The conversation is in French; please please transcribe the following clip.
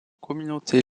communautés